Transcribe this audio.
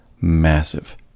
massive